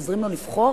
עוזרים לו לבחור,